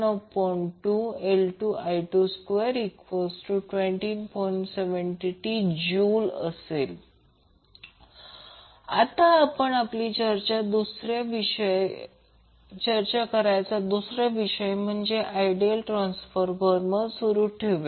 73J आता आपण आपली चर्चा दुसरा विषय म्हणजे आयडियल ट्रान्सफॉर्मरवर सुरु करूया